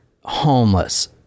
homeless